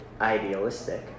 idealistic